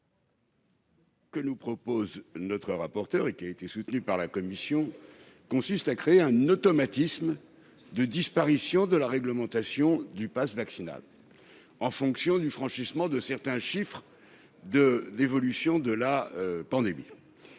Ce que nous propose notre rapporteur, et qui a été soutenu par la commission, consiste à créer un automatisme de disparition de la réglementation du passe vaccinal, en fonction du franchissement de certains chiffres d'évolution de la pandémie.